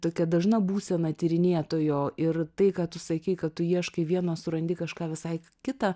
tokia dažna būsena tyrinėtojo ir tai ką tu sakei kad tu ieškai vieno surandi kažką visai kita